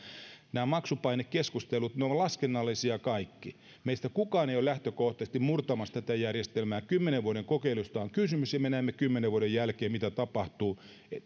nämä maksupainekeskustelut ovat laskennallisia kaikki meistä kukaan ei ole lähtökohtaisesti murtamassa tätä järjestelmää kymmenen vuoden kokeilusta on kysymys ja me näemme kymmenen vuoden jälkeen mitä tapahtuu voin jo